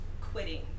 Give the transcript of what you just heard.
quitting